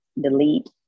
delete